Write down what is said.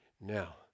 Now